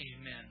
amen